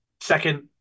second